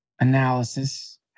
analysis